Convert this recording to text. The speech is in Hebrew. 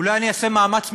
אולי אני אעשה מאמץ מיוחד,